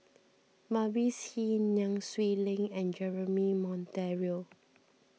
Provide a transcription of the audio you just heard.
Mavis Hee Nai Swee Leng and Jeremy Monteiro